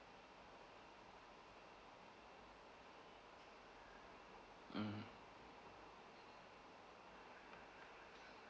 mm